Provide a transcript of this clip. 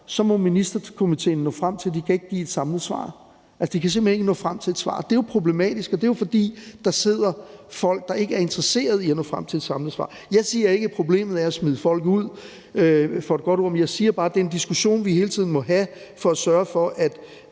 må Ministerkomitéen nå frem til, at de ikke kan give et samlet svar. De kan simpelt hen ikke nå frem til et svar. Det er uproblematisk, og det er, fordi der sidder folk, der ikke er interesseret i at nå frem til et samlet svar. Jeg siger ikke, at problemet er at smide folk ud for et godt ord, men jeg siger bare, det er en diskussion, vi hele tiden må have, for at sørge for, at